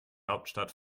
hauptstadt